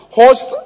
host